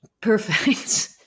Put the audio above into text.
perfect